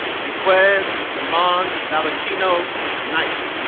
may quezz dahmond valentino knight